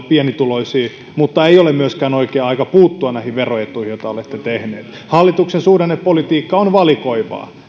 pienituloisiin mutta ei ole myöskään oikea puuttua näihin veroetuihin joita olette tehneet hallituksen suhdannepolitiikka on valikoivaa